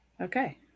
Okay